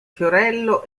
fiorello